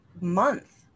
month